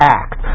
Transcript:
act